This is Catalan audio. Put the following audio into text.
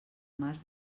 març